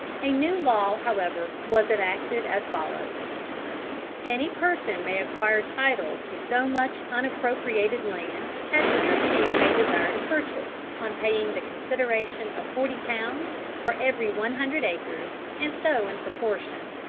a new law however was enacted as follows any person may acquire title to so much unappropriated land, as he or she may desire to purchase, on paying the consideration of forty pounds for every one hundred acres, and so in proportion.